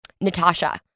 Natasha